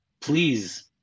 please